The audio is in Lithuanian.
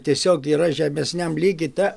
tiesiog yra žemesniam lygy ta